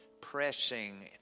pressing